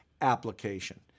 application